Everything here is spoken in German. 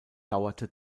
dauerte